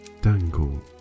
dangle